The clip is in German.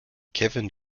kevin